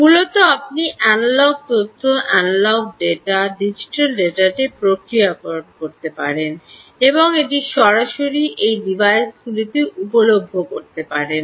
মূলত আপনি অ্যানালগ তথ্য অ্যানালগ ডেটা ডিজিটাল ডেটাতে প্রক্রিয়াকরণ করতে এবং এটি সরাসরি এই ডিভাইসগুলিতে উপলভ্য করতে পারেন